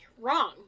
Wrong